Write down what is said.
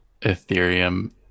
Ethereum